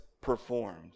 performed